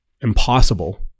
impossible